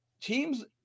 teams